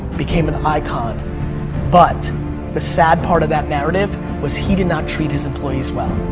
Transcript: became an icon but the sad part of that narrative was he did not treat his employees well.